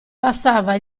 passava